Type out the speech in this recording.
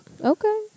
Okay